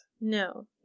No